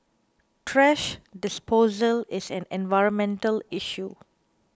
thrash disposal is an environmental issue